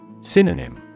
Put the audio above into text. Synonym